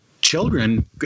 children